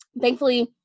thankfully